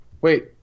Wait